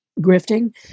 grifting